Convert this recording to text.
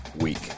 week